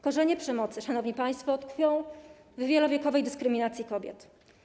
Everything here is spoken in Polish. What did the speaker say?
Korzenie przemocy, szanowni państwo, tkwią w wielowiekowej dyskryminacji kobiet.